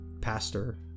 pastor